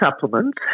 supplements